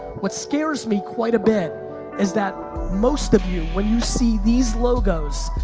what scares me quite a bit is that most of you, when you see these logos,